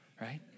right